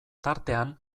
tartean